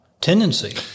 tendency